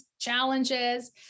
challenges